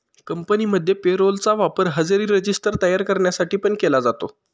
कंपनीमध्ये payroll चा वापर हजेरी रजिस्टर तयार करण्यासाठी पण केला जातो